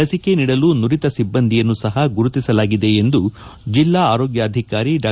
ಲಸಿಕೆ ನೀಡಲು ನುರಿತ ಸಿಬ್ಬಂದಿಯನ್ನೂ ಸಪ ಗುರುತಿಸಲಾಗಿದೆ ಎಂದು ಜಿಲ್ಲಾ ಆರೋಗ್ಯಾಧಿಕಾರಿ ಡಾ